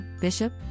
Bishop